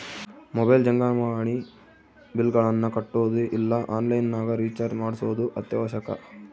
mobile ಜಂಗಮವಾಣಿ ಬಿಲ್ಲ್ಗಳನ್ನ ಕಟ್ಟೊದು ಇಲ್ಲ ಆನ್ಲೈನ್ ನಗ ರಿಚಾರ್ಜ್ ಮಾಡ್ಸೊದು ಅತ್ಯವಶ್ಯಕ